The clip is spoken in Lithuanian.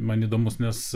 man įdomus nes